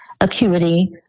acuity